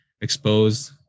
exposed